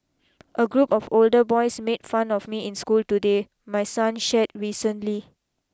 a group of older boys made fun of me in school today my son shared recently